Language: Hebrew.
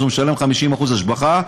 אז הוא משלם 50% השבחה,